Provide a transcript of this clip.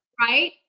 Right